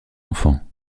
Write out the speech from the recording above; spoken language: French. enfant